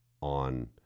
on